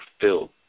filled